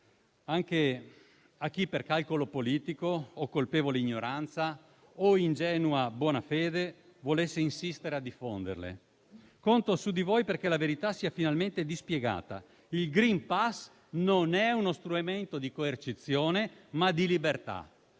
anche a chi, per calcolo politico o colpevole ignoranza o ingenua buona fede, volesse insistere a diffonderle. Conto su di voi perché la verità sia finalmente dispiegata. Il *green pass* è uno non strumento non di coercizione, ma di libertà.